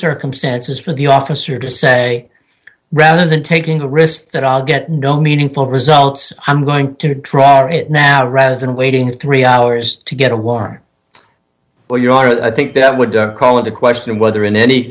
circumstances for the officer to say rather than taking a risk that i'll get no meaningful results i'm going to try it now rather than waiting three hours to get a warrant i think that would call into question whether in any